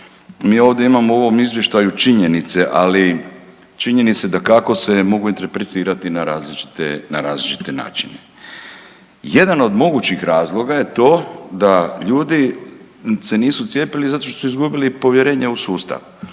Mi ovdje imamo u ovom izvještaju činjenice, ali činjenice dakako se mogu interpretirati na različite načine. Jedan od mogućih razloga je to da ljudi se nisu cijepili zato što su izgubili povjerenje u sustav.